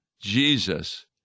Jesus